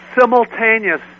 simultaneous